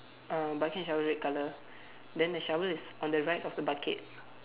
uh bucket shovel red colour then the shovel is on the right of the bucket